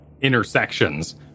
intersections